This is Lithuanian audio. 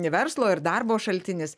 verslo ir darbo šaltinis